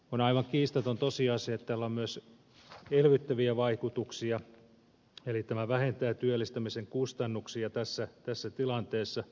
on aivan kiistaton tosiasia että tällä on myös elvyttäviä vaikutuksia eli tämä vähentää työllistämisen kustannuksia tässä tilanteessa